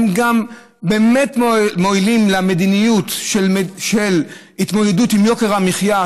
הם גם באמת מועילים למדיניות של התמודדות עם יוקר המחיה,